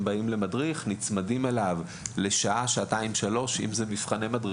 מדינת ישראל היא בין המקומות